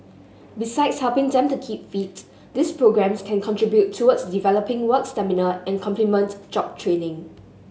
besides helping them to keep fit these programmes can contribute towards developing work stamina and complement job training